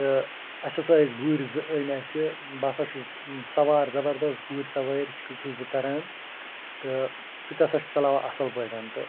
تہٕ اَسہِ ہَسا ٲسۍ گُرۍ زٕ أنۍ اَسہِ بہٕ ہَسا چھُس سَوار زَبردَس گُرۍ سَوٲرۍ چھُس بہٕ کَران تہٕ سُہ تہِ ہَسا چھُ چَلاوان اصل پٲٹھۍ تہٕ